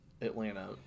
Atlanta